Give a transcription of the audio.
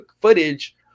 footage